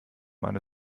man